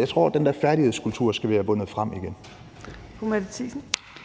vi skal have den der er færdighedskultur til at vinde frem igen.